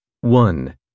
One